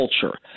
culture